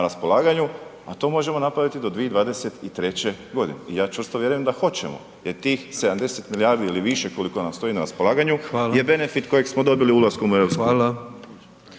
raspolaganju a to možemo napraviti do 2023. g. i ja čvrsto vjerujem da hoćemo jer tih 70 milijardi ili više koliko nam stoji na raspolaganju je benefit kojeg smo dobili ulaskom u EU.